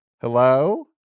Hello